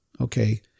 Okay